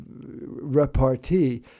repartee